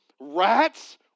rats